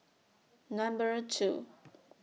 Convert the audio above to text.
Number two